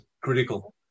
Critical